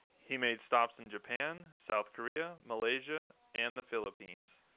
he made stops in japan, south korea, malaysia and the philippines.